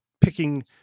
picking